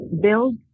Build